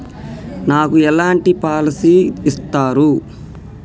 నాకు ఎలాంటి పాలసీ ఇస్తారు?